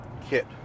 kit